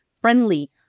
friendly